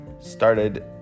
started